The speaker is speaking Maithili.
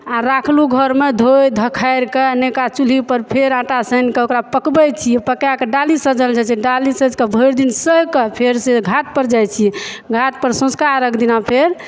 आ राखलहुॅं घरमे धो धाकारि कऽ नवका चूल्ही पर फेर आटा सानि कऽ ओकरा पकबै छी पकाकए डाली सजल जाइ छै डाली साजि के भरि दिन सहि के फेर से घाट पर जाइ छियै घाट पर सॅंझुका अर्घ दिना फेर